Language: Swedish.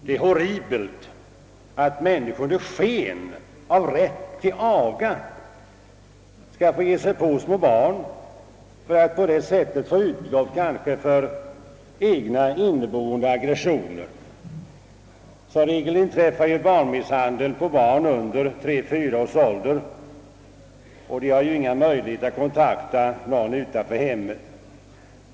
Det är horribelt att människor under åberopande av rätten till aga har kunnat ge sig på små barn för att på det sättet kanske få utlopp för egna inneboende aggressioner. Som regel är det barn under tre, fyra års ålder som utsätts för misshandel, och de har ju inga möjligheter att kontakta någon utanför hemmet.